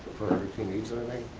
for if he needs anything,